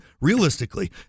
Realistically